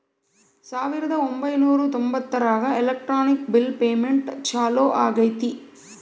ಸಾವಿರದ ಒಂಬೈನೂರ ತೊಂಬತ್ತರಾಗ ಎಲೆಕ್ಟ್ರಾನಿಕ್ ಬಿಲ್ ಪೇಮೆಂಟ್ ಚಾಲೂ ಆಗೈತೆ